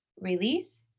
release